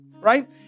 right